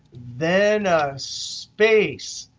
then space,